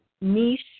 niche